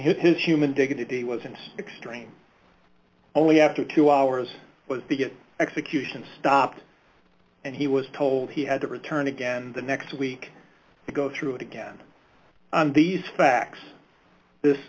his human dignity was an extreme only after two hours but to get execution stopped and he was told he had to return again the next week to go through it again on these facts